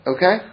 Okay